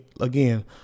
again